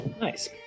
Nice